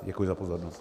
Děkuji za pozornost.